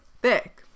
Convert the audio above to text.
thick